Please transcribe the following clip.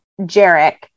Jarek